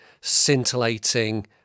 scintillating